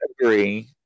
agree